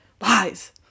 Lies